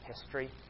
history